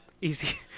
Easy